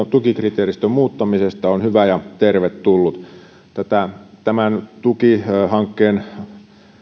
tukikriteeristön muuttamisesta on hyvä ja tervetullut tämän tukihankkeen